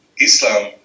Islam